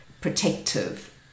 protective